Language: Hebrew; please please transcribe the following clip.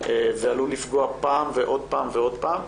ועלול לפגוע פעם ועוד פעם ועוד פעם.